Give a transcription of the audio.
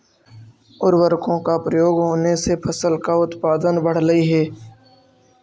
उर्वरकों का प्रयोग होने से फसल का उत्पादन बढ़लई हे